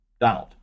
Donald